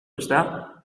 ezta